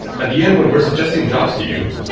at the end when we're suggesting jobs to you,